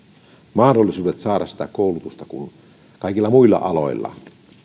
mahdollisuudet saada sitä koulutusta kuin kaikilla muilla aloilla